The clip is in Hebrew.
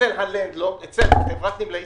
אצל חברת נמלי ישראל,